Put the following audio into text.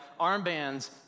armbands